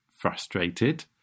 frustrated